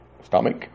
Stomach